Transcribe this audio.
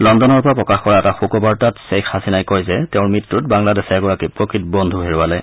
লণ্ডনৰ পৰা প্ৰকাশ কৰা এটা শোকবাৰ্তাত শ্বেইখ হাছিনাই কয় যে তেওঁৰ মৃত্যুত বাংলাদেশে এগৰাকী প্ৰকৃত বন্ধু হেৰুৱালে